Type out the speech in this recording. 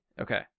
Okay